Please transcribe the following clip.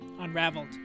unraveled